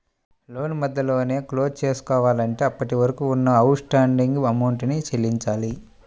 లోను మధ్యలోనే క్లోజ్ చేసుకోవాలంటే అప్పటివరకు ఉన్న అవుట్ స్టాండింగ్ అమౌంట్ ని చెల్లించాలి